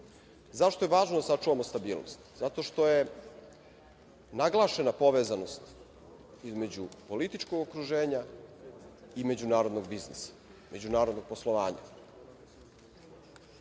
je važno da sačuvamo stabilnost? Zato što je naglašena povezanost između političkog okruženja i međunarodnog biznisa, međunarodnog poslovanja.